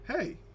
hey